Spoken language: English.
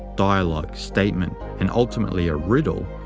dialogue, statement, and ultimately a riddle,